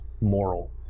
moral